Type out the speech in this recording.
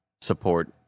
support